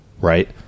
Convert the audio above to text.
right